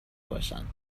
باشند